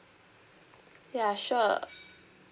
ya sure